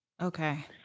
Okay